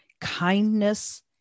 kindness